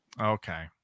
Okay